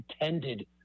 intended